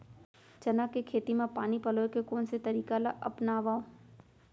चना के खेती म पानी पलोय के कोन से तरीका ला अपनावव?